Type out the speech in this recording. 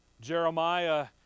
Jeremiah